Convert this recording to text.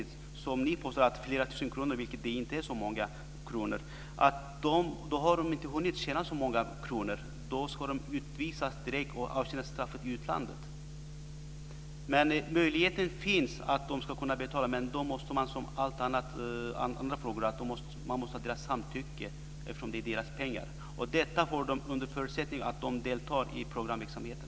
Ni påstår att det skulle bli flera tusen kronor, men det är inte så mycket. De har inte hunnit tjäna så många kronor när de ska utvisas direkt och avtjäna straffet i utlandet. Möjligheten finns att de ska kunna betala. Men då måste man ha deras samtycke, som i alla andra frågor, eftersom det är deras pengar som de får under förutsättning att de deltar i programverksamheten.